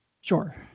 Sure